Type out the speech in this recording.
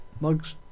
Mugs